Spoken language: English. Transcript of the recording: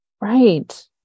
Right